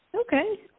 Okay